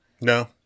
No